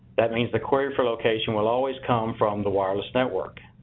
that means the query for location will always come from the wireless network.